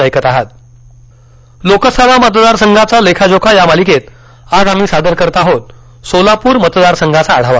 लेखाजोखा लोकसभा मतदारसंघांचा लेखाजोखा या मालिकेत आज आम्ही सादर करीत आहोत सोलाप्र मतदारसंघाचा आढावा